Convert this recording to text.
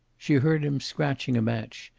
she heard him scratching a match,